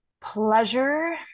pleasure